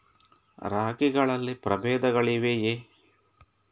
ರಾಗಿಗಳಲ್ಲಿ ಪ್ರಬೇಧಗಳಿವೆಯೇ?